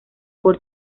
por